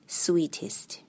sweetest